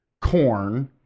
corn